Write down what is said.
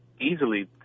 easily